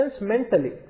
mentally